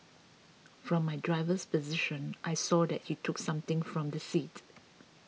from my driver's position I saw that he took something from the seat